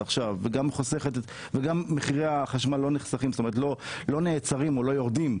וגם מחירי החשמל לא נעצרים או לא יורדים,